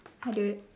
hi dude